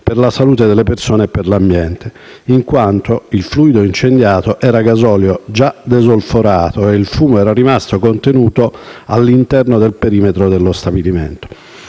per la salute delle persone e l'ambiente, in quanto il fluido incendiato era gasolio già desolforato e il fumo era rimasto contenuto all'interno del perimetro dello stabilimento.